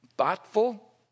Thoughtful